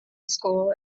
school